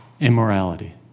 immorality